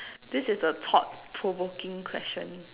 this is a thought provoking question